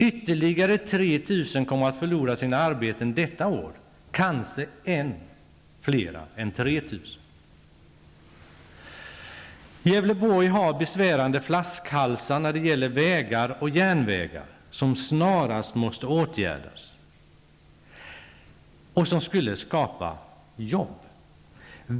Ytterligare 3 000 kommer att förlora sina arbeten detta år -- kanske ännu fler. Gävleborg har besvärande flaskhalsar när det gäller vägar och järnvägar, som snarast måste åtgärdas, något som skulle skapa jobb.